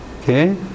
okay